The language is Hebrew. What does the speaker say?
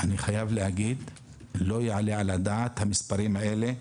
אני חייב להגיד שלא יעלה על הדעת המספרים האלה,